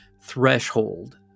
threshold